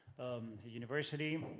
ah university,